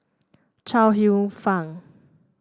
Chuang Hsueh Fang